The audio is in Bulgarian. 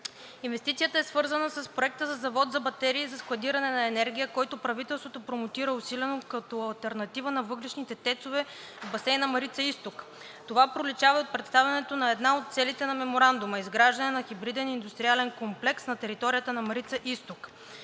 Инвестицията е свързана с проекта за завод за батерии за складиране на енергия, който правителството промотира усилено като алтернатива на въглищните тецове в басейна „Марица изток“. Това проличава и от представянето на една от целите на Меморандума: „изграждане на хибриден индустриален комплекс на територията на „Марица Изток“.“